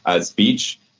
speech